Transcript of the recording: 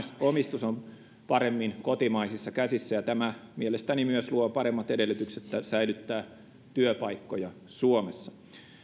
omistus on paremmin kotimaisissa käsissä ja tämä mielestäni myös luo paremmat edellytykset säilyttää työpaikkoja suomessa